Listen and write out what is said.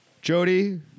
Jody